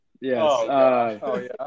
Yes